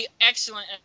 excellent